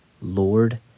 Lord